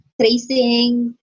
tracing